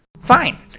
Fine